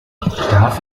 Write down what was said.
darf